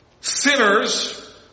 sinners